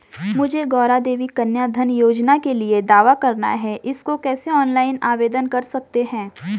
मुझे गौरा देवी कन्या धन योजना के लिए दावा करना है इसको कैसे ऑनलाइन आवेदन कर सकते हैं?